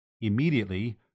Immediately